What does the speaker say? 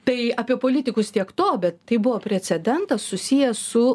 tai apie politikus tiek to bet tai buvo precedentas susijęs su